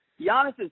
Giannis